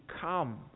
come